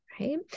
Right